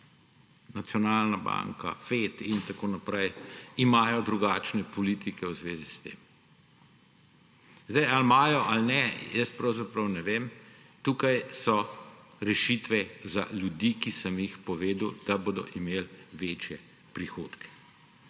nacionalna banka, FET in tako naprej, imajo drugačne politike v zvezi s tem. Zdaj, ali imajo ali ne, pravzaprav ne vem. Tukaj so rešitve za ljudi, ki sem jih povedal, da bodo imeli večje prihodke.